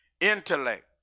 intellect